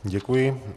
Děkuji.